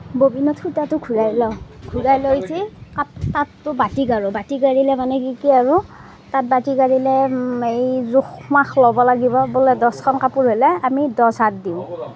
ববিনত সূতাটো ঘুৰাই লওঁ ঘূৰাই লৈ উঠি তাঁতটো বাতি কৰোঁ বাতি কৰিলে মানে কি কি আৰু তাত বাতি কৰিলে জোখ মাখ ল'ব লাগিব বোলে দহখন কাপোৰ হ'লে আমি দহ হাত দিওঁ